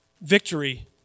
victory